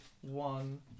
one